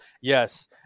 Yes